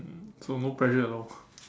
so no pressure at all